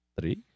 three